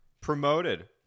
promoted